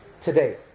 today